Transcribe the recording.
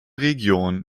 region